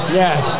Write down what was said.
yes